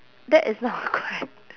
that is not correct